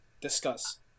discuss